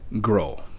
grow